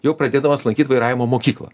jau pradėdamas lankyt vairavimo mokyklą